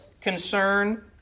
concern